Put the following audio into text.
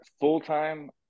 full-time